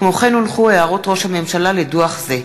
כמו כן, הערות ראש הממשלה לדוח זה.